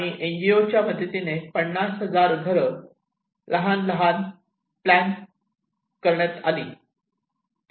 N G O च्या मदतीने पन्नास हजार घरं लहान लहान प्लॅन करण्यात आलीत